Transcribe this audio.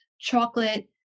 chocolate